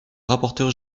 rapporteur